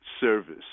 service